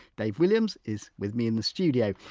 dave williams is with me in the studio,